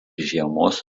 žiemos